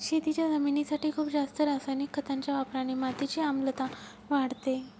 शेतीच्या जमिनीसाठी खूप जास्त रासायनिक खतांच्या वापराने मातीची आम्लता वाढते